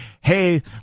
hey